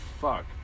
fuck